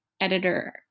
editor